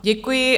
Děkuji.